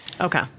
Okay